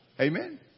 Amen